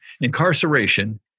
Incarceration